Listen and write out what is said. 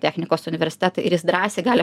technikos universitetą ir jis drąsiai gali